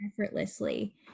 effortlessly